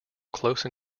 close